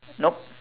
nope